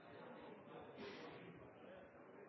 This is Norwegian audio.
Statsråd